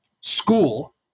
school